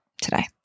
today